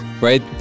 right